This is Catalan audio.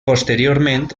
posteriorment